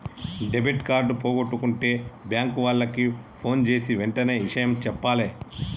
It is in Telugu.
డెబిట్ కార్డు పోగొట్టుకుంటే బ్యేంకు వాళ్లకి ఫోన్జేసి వెంటనే ఇషయం జెప్పాలే